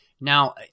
Now